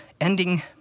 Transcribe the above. ending